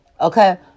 Okay